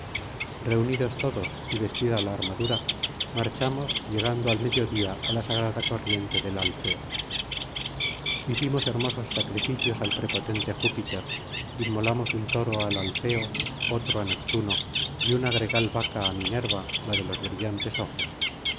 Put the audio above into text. reunidos todos y vestida la armadura marchamos llegando al mediodía á la sagrada corriente del alfeo hicimos hermosos sacrificios al prepotente júpiter inmolamos un toro al alfeo otro á neptuno y una gregal vaca á minerva la de los brillantes ojos